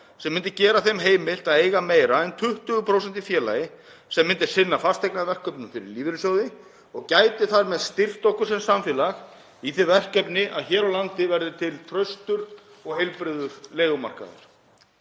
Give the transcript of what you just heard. sem myndi gera þeim heimilt að eiga meira en 20% í félagi sem myndi sinna fasteignaverkefnum fyrir lífeyrissjóði og gæti þar með styrkt okkur sem samfélag í því verkefni að hér á landi verði til traustur og heilbrigður leigumarkaður.